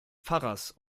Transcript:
pfarrers